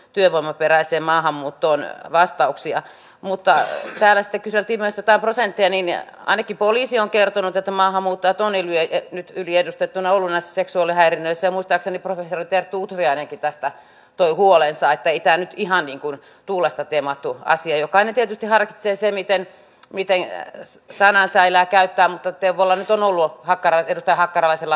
gtyövoimaperäiseen maahanmuuttoon vastauksia mutta älä silti netota sen tieni vie ainakin poliisi on ymmärrettävää että yliedustettuna lunnasseksuaalihäirinnöissä muistaakseni professori terttu utriainenkin tästä toi huolensa eikä ihan niinku kunnat tervehtivät nyt tätä muutosta ilolla toisin kuin viime hallituskaudella ja myöskin tämä tavoite tehtävien vähentämisestä on kunnille toivottu